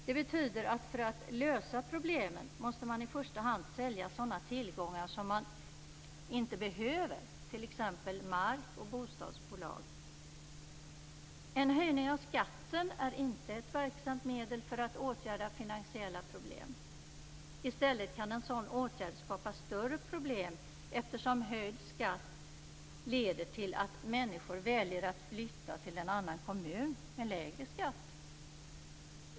Det betyder att man för att lösa problemen i första hand måste sälja sådana tillgångar som man inte behöver, t.ex. mark och bostadsbolag. En höjning av skatten är inte ett verksamt medel för att åtgärda finansiella problem. I stället kan en sådan åtgärd skapa större problem, eftersom höjd skatt leder till att människor väljer att flytta till en kommun med lägre skatt.